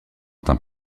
tint